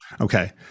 Okay